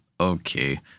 okay